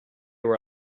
were